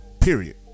Period